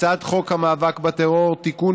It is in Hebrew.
בהצעת חוק המאבק בטרור (תיקון,